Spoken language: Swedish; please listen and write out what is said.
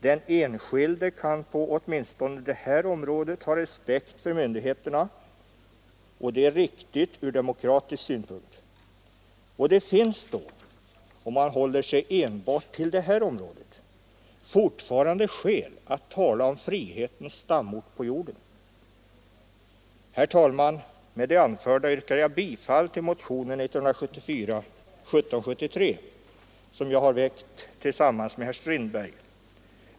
Den enskilde kan på åtminstone ett område ha respekt för myndigheterna, och det är riktigt ur demokratisk synpunkt. Det finns då, om man håller sig enbart till det här området, fortfarande skäl att tala om frihetens stamort på jorden. Herr talman! Med det anförda yrkar jag bifall till motionen 1773, som jag har väckt tillsammans med herr Strindberg.